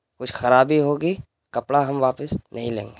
کچھ خرابی ہوگی کپڑا ہم واپس نہیں لیں گے